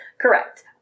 Correct